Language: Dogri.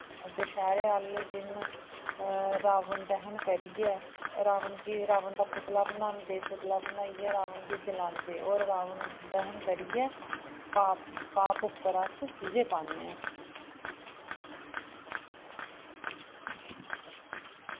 दुशैरे आह्ले दिन रावण दैह्न करियै रावण गी रावण दा पुतला बनांदे पुतला बनाइयै रावण गी जलांदे और रावण दैह्न करियै पा पाप उप्पर अस विजय पान्ने आं